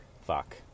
fuck